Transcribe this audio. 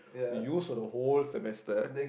use for the whole semester